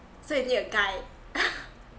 so you need a guy